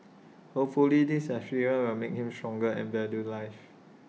hopefully this experience will make him stronger and value life